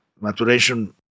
maturation